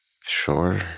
sure